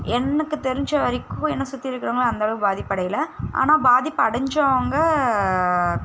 எனக்கு தெரிஞ்ச வரைக்கும் என்னை சுற்றி இருக்கிறவங்களாம் அந்த அளவுக்கு பாதிப்பு அடையல ஆனால் பாதிப்பு அடைஞ்சவங்கள்